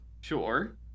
Sure